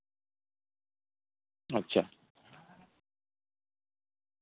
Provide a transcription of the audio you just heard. ᱟᱪᱪᱷᱟ